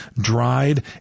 dried